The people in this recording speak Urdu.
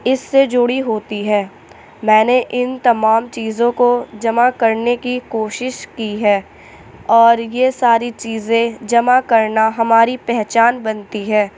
اِس سے جُڑی ہوتی ہے میں نے اِن تمام چیزوں کو جمع کرنے کی کوشش کی ہے اور یہ ساری چیزیں جمع کرنا ہماری پہچان بنتی ہے